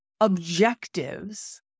objectives